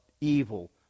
evil